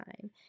time